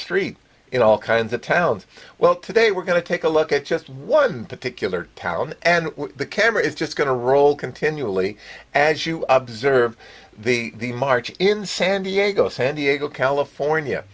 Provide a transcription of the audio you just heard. street in all kinds of towns well today we're going to take a look at just one particular town and the camera is just going to roll continually as you observe the march in san diego san diego california